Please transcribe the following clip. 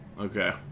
Okay